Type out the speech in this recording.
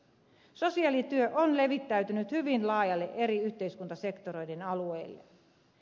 sosiaalityö on levittäytynyt hyvin laajalle eri yhteiskuntasektoreiden alueille